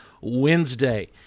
Wednesday